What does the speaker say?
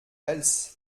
fels